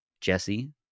Jesse